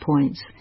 points